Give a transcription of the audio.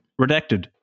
Redacted